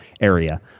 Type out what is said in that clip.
area